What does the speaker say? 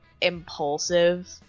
impulsive